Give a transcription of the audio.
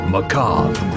Macabre